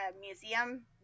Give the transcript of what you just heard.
museum